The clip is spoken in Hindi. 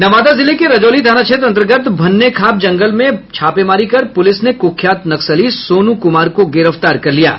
नवादा जिले के रजौली थाना क्षेत्र अन्तर्गत भन्नेखाप जंगल में छापेमारी कर पुलिस ने कुख्यात नक्सली सोनू कुमार को गिरफ्तार कर लिया है